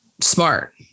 smart